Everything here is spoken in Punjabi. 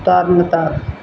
ਤਰਨ ਤਾਰਨ